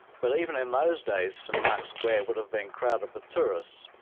but even in those days st mark's square would have been crowded with tourists,